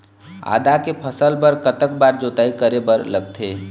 आदा के फसल बर कतक बार जोताई करे बर लगथे?